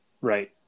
Right